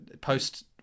post